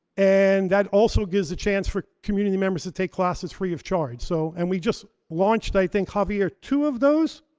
and that also gives a chance for community members to take classes free of charge. so and we just launched, i think javier, two of those?